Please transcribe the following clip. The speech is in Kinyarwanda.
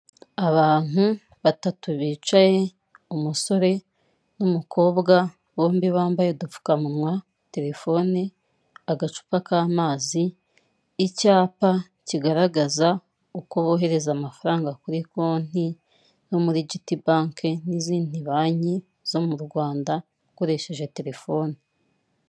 Abantu batatu bicaye, umusore n'umukobwa bombi bambaye udupfukamunwa, telefone, agacupa k'amazi, icyapa kigaragaza uko bohereza amafaranga kuri konti no muri giti banki n'izindi banki zo mu rwanda ukoresheje telefoni.